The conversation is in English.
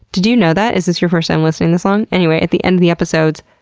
did you know that? is this your first time listening this long? anyway, at the end of the episodes,